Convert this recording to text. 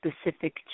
specific